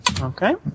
Okay